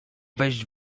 wejść